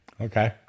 Okay